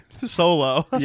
Solo